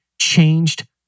changed